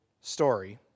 story